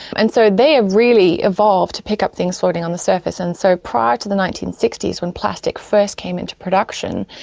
and so they have ah really evolved to pick up things floating on the surface and so prior to the nineteen sixty s when plastic first came into production,